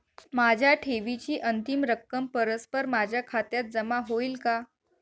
माझ्या ठेवीची अंतिम रक्कम परस्पर माझ्या खात्यात जमा होईल का?